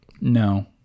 No